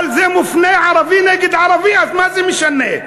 אבל זה מופנה, ערבי נגד ערבי, אז מה זה משנה.